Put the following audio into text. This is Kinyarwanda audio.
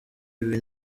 ibi